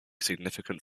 significant